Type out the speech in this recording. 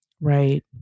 Right